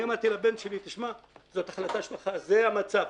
אני אמרתי לבן שלי: תשמע, זאת החלטה שלך, זה המצב.